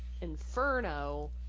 Inferno